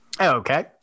Okay